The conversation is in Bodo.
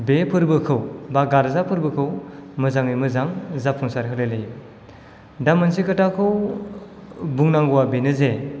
बे फोरबोखौ बा गार्जा फोरबोखौ मोजाङै मोजां जाफुंसार होलाय लायो दा मोनसे खोथाखौ बुंनांगौआ बेनो जे